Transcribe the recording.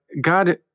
God